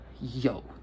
Yo